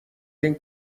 این